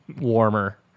warmer